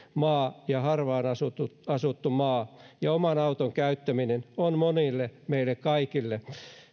maa ja harvaan asuttu maa ja oman auton käyttäminen on monille meille kaikille